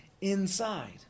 inside